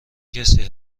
کسی